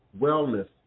wellness